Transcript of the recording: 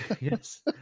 Yes